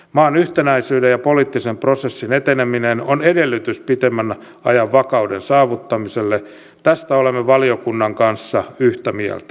maan yhtenäisyyden ja poliittisen prosessin eteneminen on edellytys pitemmän ajan vakauden saavuttamiselle tästä olemme valiokunnan kanssa yhtä mieltä